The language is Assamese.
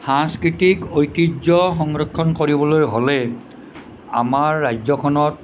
সাংস্কৃতিক ঐতিহ্য সংৰক্ষণ কৰিবলৈ হ'লে আমাৰ ৰাজ্যখনত